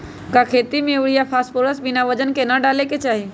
का खेती में यूरिया फास्फोरस बिना वजन के न डाले के चाहि?